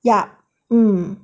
yup mm